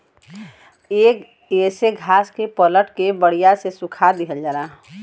येसे घास के पलट के बड़िया से सुखा दिहल जाला